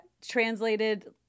translated